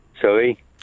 Sorry